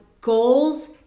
goals